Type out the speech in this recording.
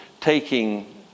taking